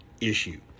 issue